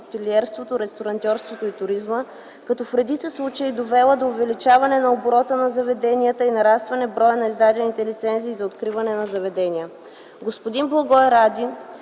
хотелиерството, ресторантьорството и туризма, като в редица случаи е довела до увеличаване на оборота на заведенията и нарастване броя на издадените лицензии за откриване на заведения. Господин Благой Рагин,